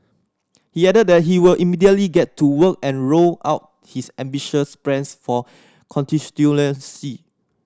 he added that he will immediately get to work and roll out his ambitious plans for constituency